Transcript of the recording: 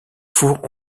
fours